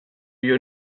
you